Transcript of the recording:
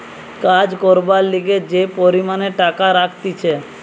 কাজ করবার লিগে যে পরিমাণে টাকা রাখতিছে